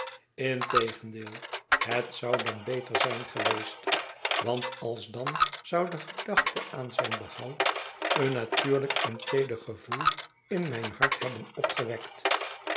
integendeel het zou dan beter zijn geweest want alsdan zou de gedachte aan zijn behoud een natuurhjk en teeder gevoel in mijn hart hebben opgewekt